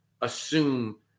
assume